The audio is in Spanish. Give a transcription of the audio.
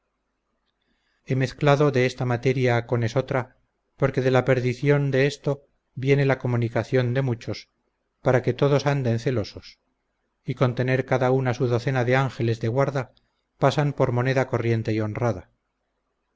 he mezclado de esta materia con esotra porque de la perdición de esto viene la comunicación de muchos para que todos anden celosos y con tener cada una su docena de ángeles de guarda pasan por moneda corriente y honrada